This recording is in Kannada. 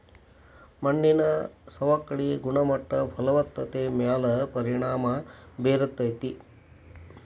ಮಣ್ಣಿನ ಸವಕಳಿ ಗುಣಮಟ್ಟ ಫಲವತ್ತತೆ ಮ್ಯಾಲ ಪರಿಣಾಮಾ ಬೇರತತಿ